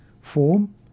form